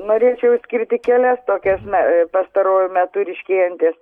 norėčiau išskirti kelias tokias na pastaruoju metu ryškėjantes